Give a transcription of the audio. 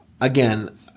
again